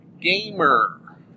gamer